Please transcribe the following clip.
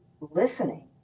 listening